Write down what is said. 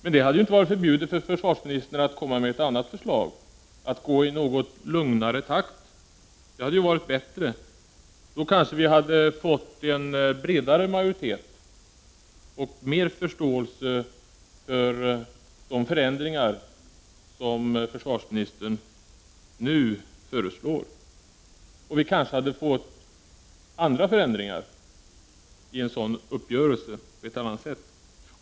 Men det hade ju inte varit förbjudet för försvarsministern att komma med ett annat förslag, att gå i något lugnare takt. Det hade varit bättre. Då kanske vi hade fått en bredare majoritet och mer förståelse för de förändringar som försvarsministern nu föreslår. Vi kanske hade fått andra förändringar vid en sådan uppgörelse.